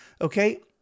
Okay